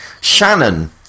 Shannon